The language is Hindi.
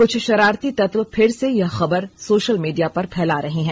क्छ शरारती तत्व फिर से यह खबर सोशल मीडिया पर फैला रहे हैं